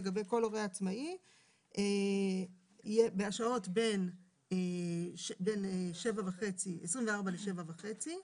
לגבי כל הורה עצמאי השעות בין 24:00 ל-7:30.